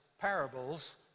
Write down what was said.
parables